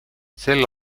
sel